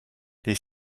les